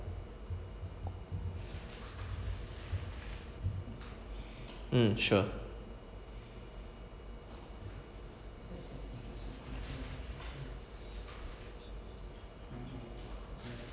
mm sure